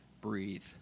breathe